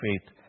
faith